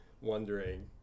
wondering